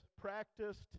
practiced